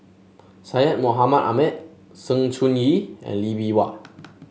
Syed Mohamed Ahmed Sng Choon Yee and Lee Bee Wah